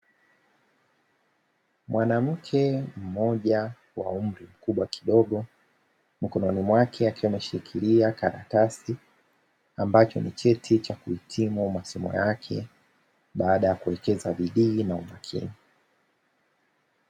Mwanamke mmoja wa umri mkubwa kidogo, mkononi mwake akiwa ameshikilia karatasi ambacho ni cheti cha kuhitimu masomo yake, baada ya kuwekeza bidii na umakini.